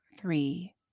three